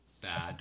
Bad